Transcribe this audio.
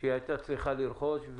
שהיא הייתה צריכה לרכוש.